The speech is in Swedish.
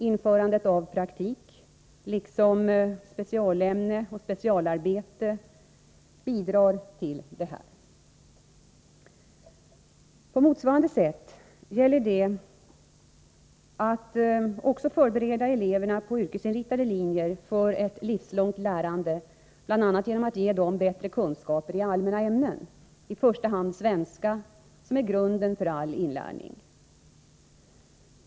Införandet av praktik liksom specialämne och specialarbete bidrar till detta. På motsvarande sätt gäller det också att förbereda eleverna på de yrkesinriktade linjerna för ett livslångt lärande, bl.a. genom att ge dem bättre kunskap i allmänna ämnen, i första hand svenska, som är grunden för all inlärning.